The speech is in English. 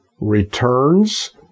returns